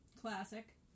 Classic